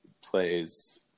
plays